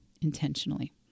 intentionally